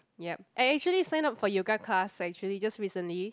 yup I actually sign up for yoga class actually just recently